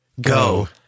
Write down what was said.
Go